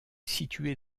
située